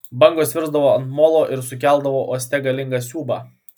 bangos virsdavo ant molo ir sukeldavo uoste galingą siūbą